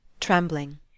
trembling